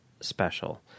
special